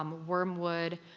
um wormwood,